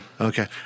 Okay